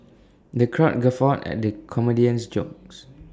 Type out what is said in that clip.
the crowd guffawed at the comedian's jokes